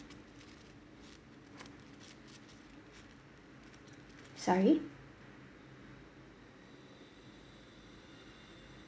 sorry